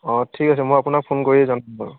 ঠিক আছে মই আপোনাক ফোন কৰিয়ে যাম বাৰু